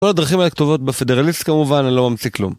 כל הדרכים האלה כתובות בפדרליסט כמובן, אני לא ממציא כלום.